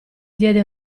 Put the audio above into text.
diede